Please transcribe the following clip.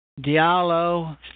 Diallo